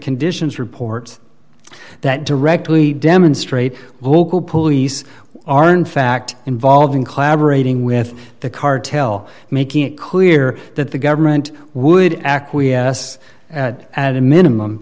conditions reports that directly demonstrate local police are in fact involved in clabber rating with the cartel making it clear that the government would acquiesce at a minimum